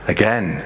Again